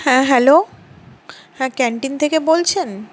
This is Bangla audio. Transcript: হ্যাঁ হ্যালো হ্যাঁ ক্যান্টিন থেকে বলছেন